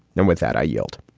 and with that, i yield